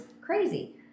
crazy